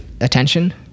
attention